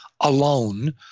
alone